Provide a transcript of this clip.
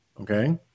okay